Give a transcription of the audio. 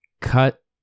cut